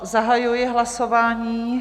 Zahajuji hlasování.